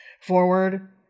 forward